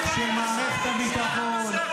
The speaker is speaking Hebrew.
איתכם למריבות בשוחות,